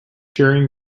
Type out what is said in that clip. cheering